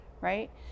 right